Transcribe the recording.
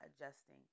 adjusting